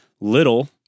Little